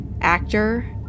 actor